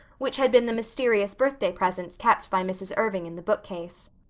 which had been the mysterious birthday present kept by mrs. irving in the bookcase.